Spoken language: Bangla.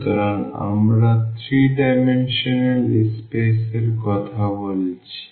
সুতরাং আমরা 3 ডাইমেনশনাল স্পেস এর কথা বলছি